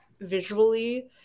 visually